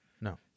No